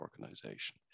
organization